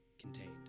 contained